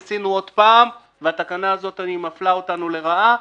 ניסינו עוד פעם והתקנה הזאת מפלה אותנו לרעה,